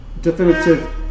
definitive